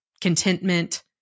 contentment